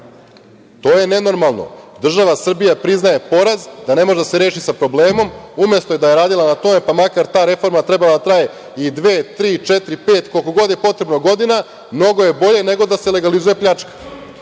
To je nenormalno. Država Srbija priznaje poraz da ne može da se reši sa problemom. Umesto da je radila na tome, pa makar ta reforma trebala da traje i dve, tri, četiri, pet, koliko je god potrebno, godina, mnogo je bolje nego da se legalizuje pljačka. Dakle,